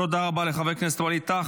תודה רבה לחבר הכנסת ווליד טאהא.